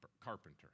carpenter